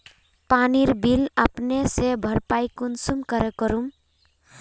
पानीर बिल अपने से भरपाई कुंसम करे करूम?